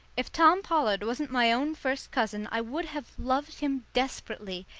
if tom pollard wasn't my own first cousin i would have loved him desperately,